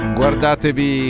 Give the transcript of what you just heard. guardatevi